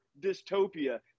dystopia